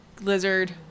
lizard